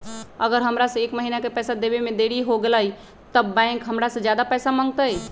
अगर हमरा से एक महीना के पैसा देवे में देरी होगलइ तब बैंक हमरा से ज्यादा पैसा मंगतइ?